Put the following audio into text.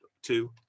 Two